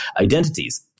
identities